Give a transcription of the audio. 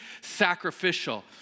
sacrificial